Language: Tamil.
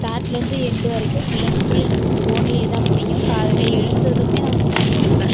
ஸ்டார்ட்லருந்து எண்டு வரைக்கும் ஃபுல் அண்ட் ஃபுல் எனக்கு ஃபோனிலியே தான் முடியும் காலையில் எழுந்ததுமே நான் ஃபோன் எடுப்பேன்